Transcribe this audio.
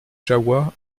jahoua